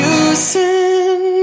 using